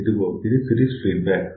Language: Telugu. ఇదిగో ఇది సిరీస్ ఫీడ్బ్యాక్